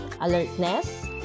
Alertness